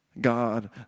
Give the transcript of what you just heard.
god